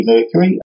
Mercury